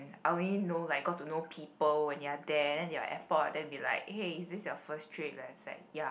I only know like got to know people when you are there then you are at airport then be like eh is this your first trip then it's like ya